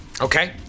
Okay